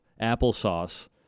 applesauce